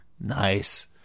Nice